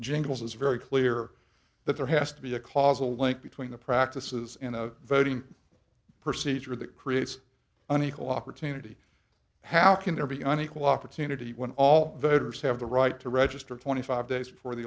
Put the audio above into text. jingles is very clear that there has to be a causal link between the practices in a voting procedure that creates an equal opportunity how can there be an equal opportunity when all voters have the right to register twenty five days before the